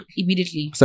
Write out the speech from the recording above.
immediately